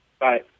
Bye